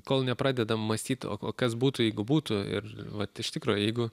kol nepradedam mąstyt o kas būtų jeigu būtų ir vat iš tikro jeigu